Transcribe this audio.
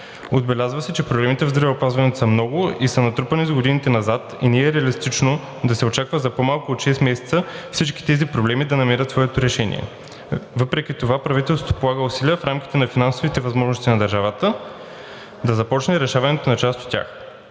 Отбеляза се, че проблемите в здравеопазването са много и са натрупвани в годините назад и не е реалистично да се очаква за по-малко от шест месеца всички тези проблеми да намерят своето решение. Въпреки това, правителството полага усилия, в рамките на финансовите възможности на държавата, да започне решаването на част от тях.